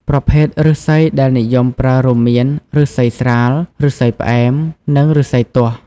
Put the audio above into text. ប្រភេទឫស្សីដែលនិយមប្រើរួមមាន ឫស្សីស្រាល ឫស្សីផ្អែម និងឫស្សីទាស់។